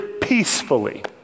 peacefully